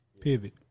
pivot